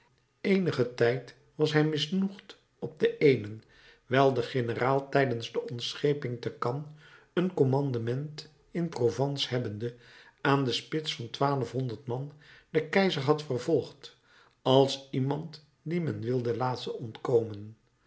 eenigen tijd was hij misnoegd op den eenen wijl de generaal tijdens de ontscheping te cannes een commandement in provence hebbende aan de spits van twaalfhonderd man den keizer had vervolgd als iemand dien men wilde laten ontkomen